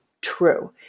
true